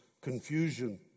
confusion